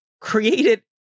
created